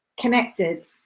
connected